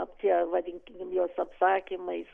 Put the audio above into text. apie vadinkim juos apsakymais